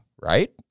right